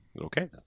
Okay